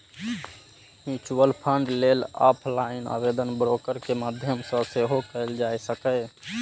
mutual fund लेल offline आवेदन broker के माध्यम सं सेहो कैल जा सकैए